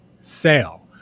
sale